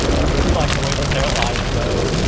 and you see like the way that their lives go.